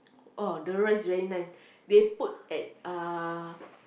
orh the rice very nice they put at uh